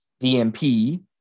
DMP